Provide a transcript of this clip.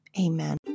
amen